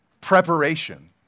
preparation